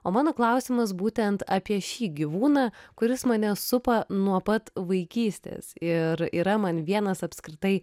o mano klausimas būtent apie šį gyvūną kuris mane supa nuo pat vaikystės ir yra man vienas apskritai